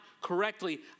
correctly